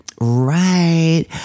right